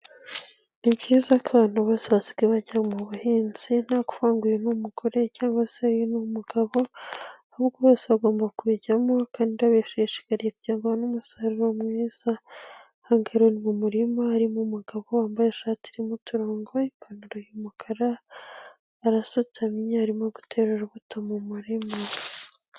Ni byiza ko abantu bose basigaye bajya mu buhinzi, nta kuvuga ngo uyu ni umugore cyangwa se uyu ni umugabo ,ahubwo bose bagomba kubijyamo kandi babishishikariye kugira ngo babone umusaruro mwiza. Aha ngaha rero ni mu murima harimo umugabo wambaye ishati irimo uturongo, ipantaro y'umukara ,arasutamye arimo gutera urubuto mu murima.